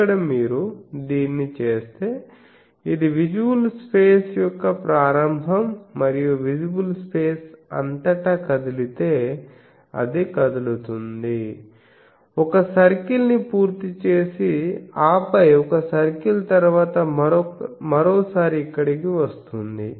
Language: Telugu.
ఇక్కడ మీరు దీన్ని చేస్తేఇది విజిబుల్ స్పేస్ యొక్క ప్రారంభం మరియు విజిబుల్ స్పేస్ అంతటా కదిలితే అది కదులుతుంది ఒక సర్కిల్ ని పూర్తి చేసి ఆపై ఒక సర్కిల్ తర్వాత మరోసారి ఇక్కడకు వస్తుంది